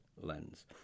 lens